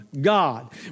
God